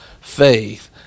faith